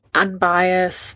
unbiased